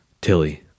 Tilly